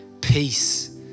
peace